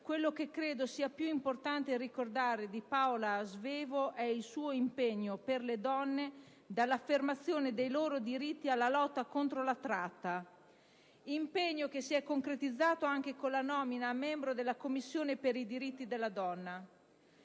quello che credo sia più importante ricordare di Paola Svevo è il suo impegno per le donne, dall'affermazione dei loro diritti alla lotta contro la tratta. È un impegno che si è concretizzato anche con la nomina a membro della Commissione per i diritti della donna.